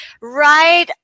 right